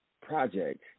project